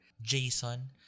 Jason